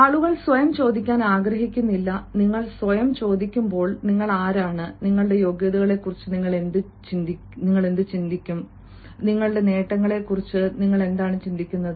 ആളുകൾ സ്വയം ചോദിക്കാൻ ആഗ്രഹിക്കുന്നില്ല നിങ്ങൾ സ്വയം ചോദിക്കുമ്പോൾ നിങ്ങൾ ആരാണ് നിങ്ങളുടെ യോഗ്യതയെക്കുറിച്ച് നിങ്ങൾ ചിന്തിക്കും നിങ്ങളുടെ നേട്ടങ്ങളെക്കുറിച്ച് നിങ്ങൾ ചിന്തിക്കും